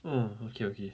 oh okay okay